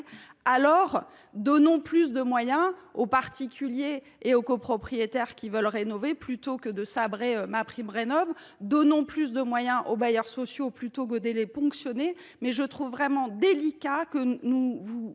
donnons plus de moyens aux particuliers et aux copropriétaires qui veulent rénover, plutôt que de sabrer MaPrimeRénov’. Donnons plus de moyens aux bailleurs sociaux, plutôt que de les ponctionner ! Je le répète, il me semble